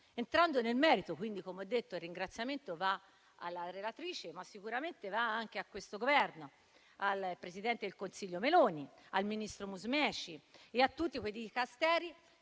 Entrando nel merito, come ho detto, il ringraziamento va alla relatrice, ma sicuramente anche a questo Governo, al presidente del Consiglio Meloni, al ministro Musumeci e a tutti i Dicasteri